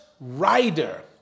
rider